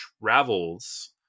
Travels